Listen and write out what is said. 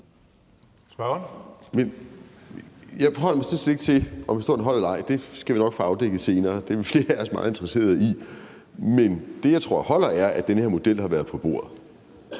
jeg forholder mig sådan set ikke til, om historien holder eller ej. Det skal vi nok få afdækket senere; det er flere af os meget interesserede i. Men det, jeg tror holder, er, at den her model har været på bordet.